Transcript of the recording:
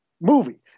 movie